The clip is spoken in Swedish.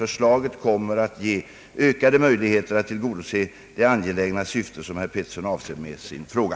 Förslaget kommer att ge ökade möjligheter att tillgodose det angelägna syfte som herr Pettersson avser med sin fråga.